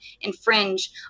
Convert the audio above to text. infringe